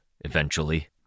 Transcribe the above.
eventually